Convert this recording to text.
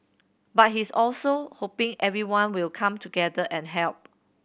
but he's also hoping everyone will come together and help